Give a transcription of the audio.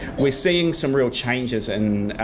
we're seeing some real changes in